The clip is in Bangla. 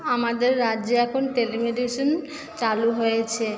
আমাদের রাজ্যে এখন টেলিমেডিসিন চালু হয়েছে